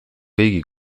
kõigi